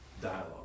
dialogue